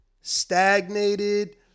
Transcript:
stagnated